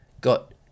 got